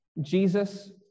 Jesus